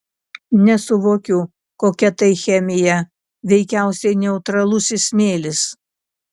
nesuvokiu kokia tai chemija veikiausiai neutralusis smėlis